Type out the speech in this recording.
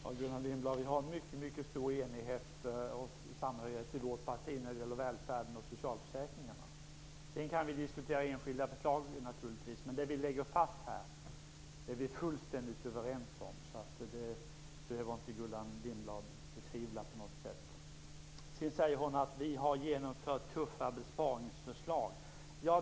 Fru talman! Det finns mycket stor enighet och samhörighet i vårt parti när det gäller välfärden och socialförsäkringarna. Sedan kan vi naturligtvis diskutera enskilda förslag, men det som vi här lägger fast är vi fullständigt överens om. Det behöver inte Gullan Lindblad på något sätt betvivla. Gullan Lindblad sade att vi har genomfört tuffa besparingar.